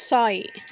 ছয়